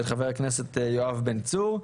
של חבר הכנסת יואב בן צור.